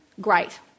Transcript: Great